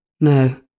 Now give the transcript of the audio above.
no